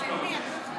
תהרוס את הכול.